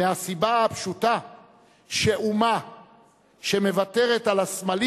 מהסיבה הפשוטה שאומה שמוותרת על הסמלים